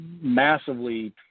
massively